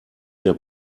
der